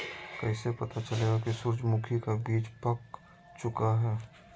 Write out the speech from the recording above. कैसे पता चलेगा की सूरजमुखी का बिज पाक चूका है?